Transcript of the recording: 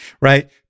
right